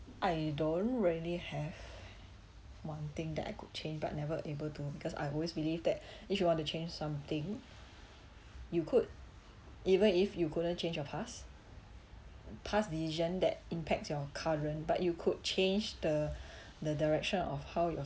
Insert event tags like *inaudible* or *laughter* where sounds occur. I don't really have one thing that I could change but never able to because I always believe that *breath* if you want to change something you could even if you couldn't change your past past decision that impacts your current but you could change the the direction of how your